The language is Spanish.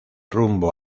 rumbo